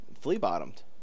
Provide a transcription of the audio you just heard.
flea-bottomed